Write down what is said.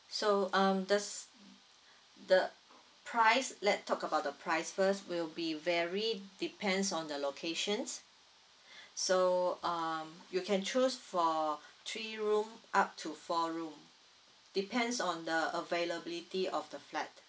so um does the price let talk about the price first will be vary depends on the locations so um you can choose for three room up to four room depends on the availability of the flat